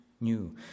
new